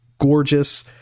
gorgeous